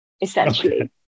essentially